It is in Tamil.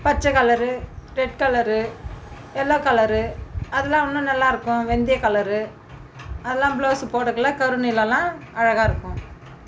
பச்சை colour red colour yellow colour அதெலாம் இன்னும் நல்லாயிருக்கும் வெந்தய கலரு அதெலாம் ப்ளவுஸு போடக்குள்ளே கருநீலமெலாம் அழகாக இருக்கும்